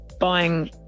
buying